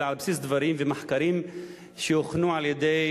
אלא על בסיס דברים ומחקרים שהוכנו על-ידי